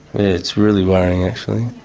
it's really worrying, actually.